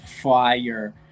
fire